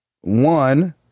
One